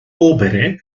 obere